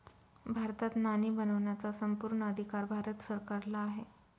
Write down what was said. भारतात नाणी बनवण्याचा संपूर्ण अधिकार भारत सरकारला आहे